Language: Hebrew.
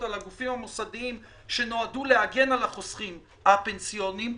על הגופים המוסדיים שנועדו להגן על החוסכים הפנסיונים,